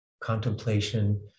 contemplation